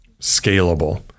scalable